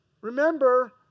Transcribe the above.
Remember